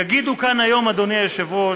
יגידו כאן היום, אדוני היושב-ראש,